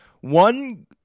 One